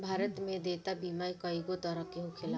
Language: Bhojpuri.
भारत में देयता बीमा कइगो तरह के होखेला